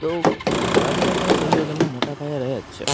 તો ગુજરાતનો પણ સહયોગ એમાં મોટા પાયે રહે જ છે